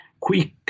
quick